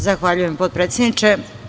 Zahvaljujem, potpredsedniče.